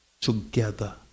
together